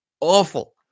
awful